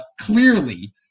clearly